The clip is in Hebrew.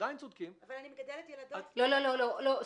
מגדלת ילדות- - סליחה.